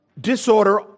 disorder